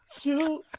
shoot